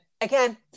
Again